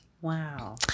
Wow